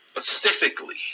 specifically